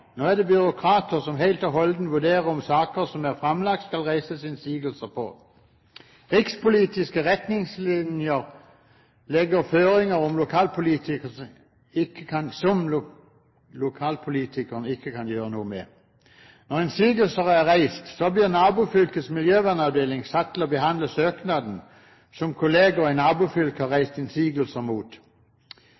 Nå er det byråkrater som helt og holdent vurderer om det i saker som er fremlagt, skal reises innsigelser. Rikspolitiske retningslinjer legger føringer som lokalpolitikerne ikke kan gjøre noe med. Når innsigelser er reist, blir nabofylkets miljøvernavdeling satt til å behandle søknaden som kollegaer i nabofylket har